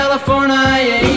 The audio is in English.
California